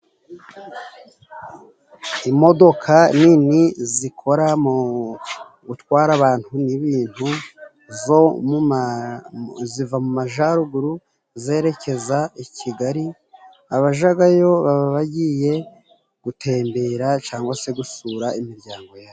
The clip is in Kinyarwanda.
Imodoka nini zikora mu gutwara abantu n'ibintu zo ziva mu majaruguru zerekeza i kigali, abajagayo baba bagiye gutembera cangwa se gusura imiryango yabo.